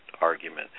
argument